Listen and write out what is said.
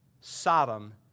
Sodom